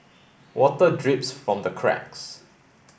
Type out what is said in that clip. water drips from the cracks